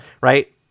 right